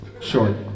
Short